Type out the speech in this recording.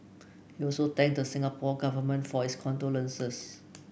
he also thanked the Singapore Government for its condolences